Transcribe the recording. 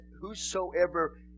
Whosoever